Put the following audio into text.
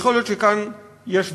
יכול להיות שכאן יש ויכוח,